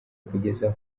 kugeza